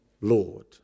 Lord